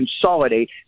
consolidate